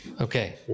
okay